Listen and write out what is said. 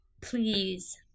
please